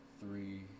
three